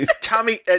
Tommy